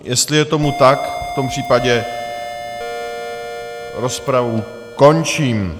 Jestli je tomu tak, v tom případě rozpravu končím.